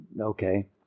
okay